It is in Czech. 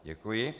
Děkuji.